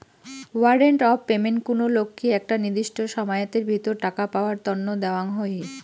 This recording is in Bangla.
ওয়ারেন্ট অফ পেমেন্ট কুনো লোককি একটা নির্দিষ্ট সময়াতের ভিতর টাকা পাওয়ার তন্ন দেওয়াঙ হই